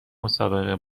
مسابقه